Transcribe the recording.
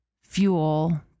fuel